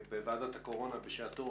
בוועדת הקורונה בשעתו